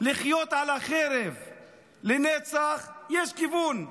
לחיות על החרב לנצח, יש כיוון.